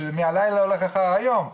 שמהלילה הולך אחרי היום.